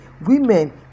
women